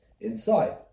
inside